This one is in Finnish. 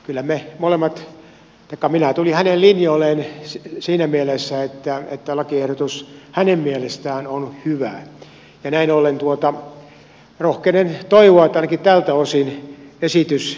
kyllä minä tulin hänen linjoilleen siinä mielessä että lakiehdotus hänen mielestään on hyvä ja näin ollen rohkenen toivoa että ainakin tältä osin esitys etenisi